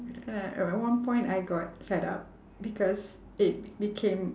ya at one point I got fed up because it became